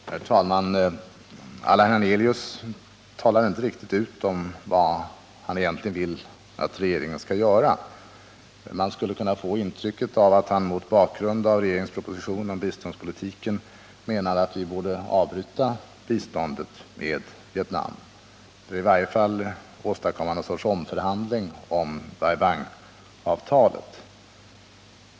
Herr talman! Allan Hernelius talar inte riktigt ut om vad han egentligen vill att regeringen skall göra. Man skulle kunna få intrycket att han mot bakgrund av regeringens proposition om biståndspolitiken menade att vi borde avbryta biståndet till Vietnam eller i varje fall åstadkomma någon sorts omförhandling av Bai Bang-avtalet.